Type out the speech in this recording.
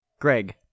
Greg